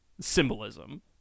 symbolism